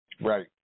Right